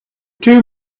two